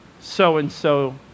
so-and-so